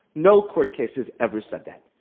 no court cases ever said that.